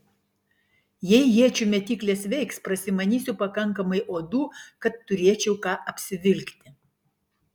jei iečių mėtyklės veiks prasimanysiu pakankamai odų kad turėčiau ką apsivilkti